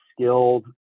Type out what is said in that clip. skilled